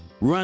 run